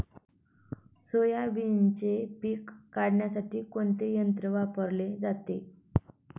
सोयाबीनचे पीक काढण्यासाठी कोणते यंत्र वापरले जाते?